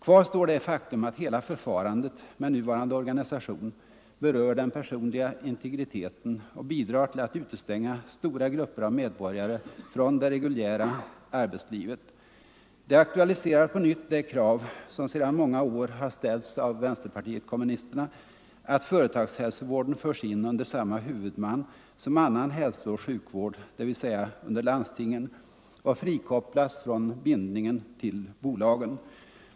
Kvar står det faktum att hela förfarandet — med nuvarande organisation — berör den personliga integriteten och bidrar till att utestänga stora grupper av medborgare från det reguljära arbetslivet. Det aktualiserar på nytt det krav som sedan många år har ställts av vänsterpartiet kommunisterna: att företagshälsovården förs in under samma huvudman som annan hälsooch sjukvård, dvs. under landstingen, och frikopplas från bindningen till bolagen.